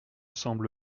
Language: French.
semble